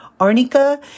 arnica